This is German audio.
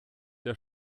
der